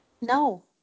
no